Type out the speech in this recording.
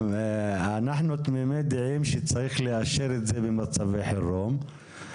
אנחנו תמימי דעים שצריך לאשר את זה במצבי חירום.